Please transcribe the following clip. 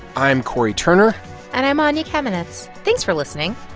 i'm cory turner and i'm anya kamenetz. thanks for listening